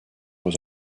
was